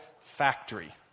factory